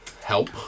help